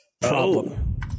problem